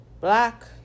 black